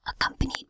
accompanied